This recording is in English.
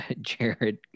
Jared